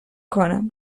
کنم